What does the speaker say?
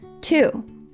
Two